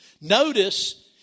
Notice